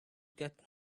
get